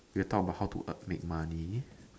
we'll talk about how to earn make money